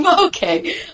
Okay